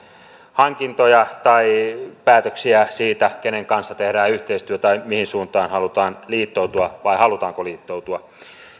hankintoja tai päätöksiä siitä kenen kanssa tehdään yhteistyötä tai mihin suuntaan halutaan liittoutua vai halutaanko liittoutua